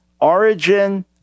origin